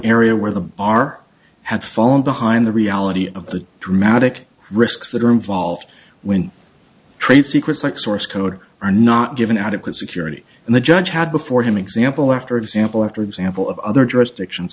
r had fallen behind the reality of the dramatic risks that are involved when trade secrets like source code are not given adequate security and the judge had before him example after example after example of other jurisdictions